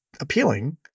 appealing